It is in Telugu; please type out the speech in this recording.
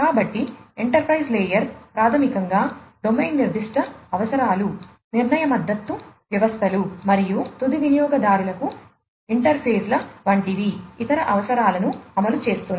కాబట్టి ఎంటర్ప్రైజ్ లేయర్ ప్రాథమికంగా డొమైన్ నిర్దిష్ట అవసరాలు నిర్ణయ మద్దతు వ్యవస్థలు మరియు తుది వినియోగదారులకు ఇంటర్ఫేస్ల వంటి ఇతర అవసరాలను అమలు చేస్తుంది